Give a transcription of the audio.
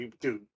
dude